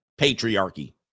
Patriarchy